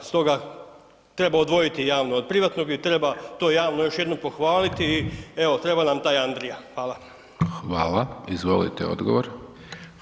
Stoga treba odvojiti javno od privatnog i treba to javno još jednom pohvaliti i evo treba nam taj Andrija.